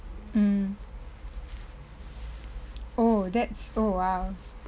mm oh that's oh !wow!